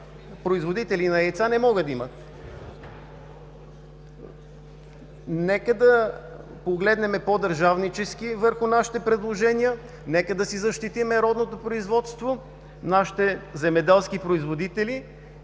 производители на яйца не могат да имат! Нека да погледнем по-държавнически върху нашите предложения. Нека да защитим родното си производство, нашите земеделски производители